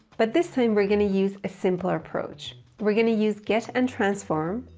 but this time we're going to use a simpler approach. we're going to use get and transform,